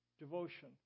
Devotion